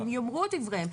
הוא יאמר את דברו.